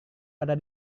ada